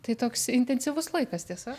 tai toks intensyvus laikas tiesa